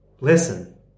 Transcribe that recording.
listen